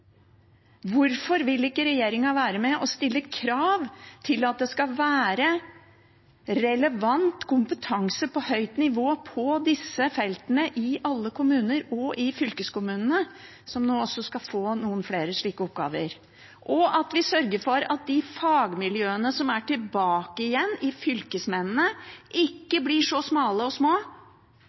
Hvorfor vil ikke regjeringen være med og stille krav til at det skal være relevant kompetanse på høyt nivå på disse feltene i alle kommuner og i fylkeskommunene – som nå også skal få noen flere slike oppgaver – og at vi sørger for at de fagmiljøene som er tilbake igjen hos fylkesmennene, ikke blir så smale og små